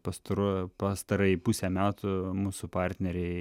pastaruoju pastarąjį pusę metų mūsų partneriai